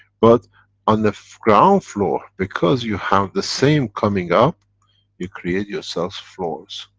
but on the ground floor, because you have the same coming up you create yourselves floors.